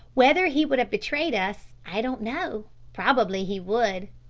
whether he would have betrayed us i don't know probably he would.